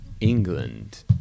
England